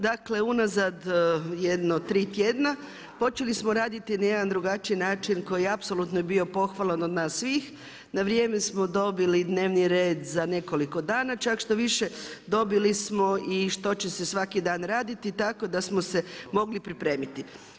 Dakle unazad jedno 3 tjedna počeli smo raditi na jedan drugačiji način koji apsolutno je bio pohvaljen od nas svih, na vrijeme smo dobili dnevni red za nekoliko dana, čak štoviše dobili smo i što će se svaki dan raditi tako da smo se mogli pripremiti.